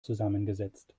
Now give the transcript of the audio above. zusammengesetzt